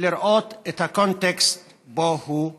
לראות את הקונטקסט שבו הוא נוצר.